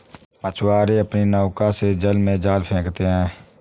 मछुआरे अपनी नौका से जल में जाल फेंकते हैं